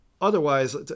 Otherwise